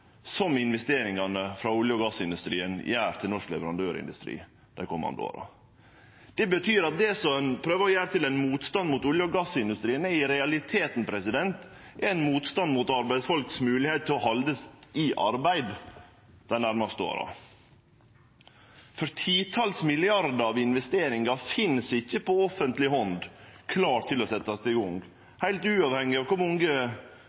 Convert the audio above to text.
som investeringane frå olje- og gassindustrien gjer til norsk leverandørindustri dei komande åra. Det betyr at det som ein prøver å gjere til ein motstand mot olje- og gassindustrien, i realiteten er ein motstand mot arbeidsfolk si moglegheit til å halde seg i arbeid dei nærmaste åra. Det finst ikkje titals milliardar i investeringar på offentleg hand, klar til å verte sette i gang, uavhengig av kor mange